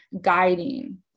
guiding